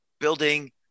building